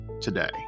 today